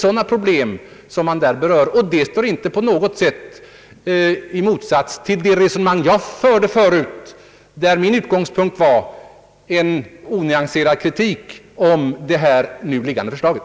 Dessa synpunkter står inte på något sätt i motsats till mitt tidigare resonemang, där min utgångspunkt var den onyanserade kritiken mot det framlagda förslaget.